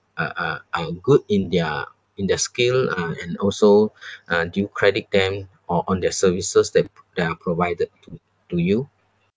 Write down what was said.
are are are good in their in their skill uh and also uh do you credit them or on their services that they have provided to to you